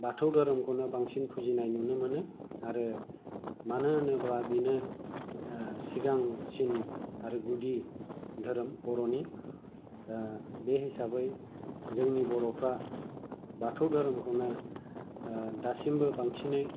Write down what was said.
बाथौ धोरोमखौनो बांसिन फुजिनाय नुनो मोनो आरो मानो होनोब्ला बेनो सिगांसिन आरो गुदि धोरोम बर'नि दा बे हिसाबै जोंनि बर'फोरा बाथौ धोरोमखौनो दासिमबो बांसिनै